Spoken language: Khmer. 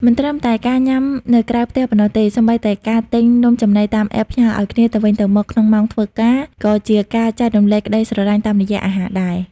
មិនត្រឹមតែការញ៉ាំនៅក្រៅផ្ទះប៉ុណ្ណោះទេ សូម្បីតែការទិញនំចំណីតាម App ផ្ញើឱ្យគ្នាទៅវិញទៅមកក្នុងម៉ោងធ្វើការ ក៏ជាការចែករំលែកក្តីស្រឡាញ់តាមរយៈអាហារដែរ។